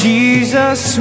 Jesus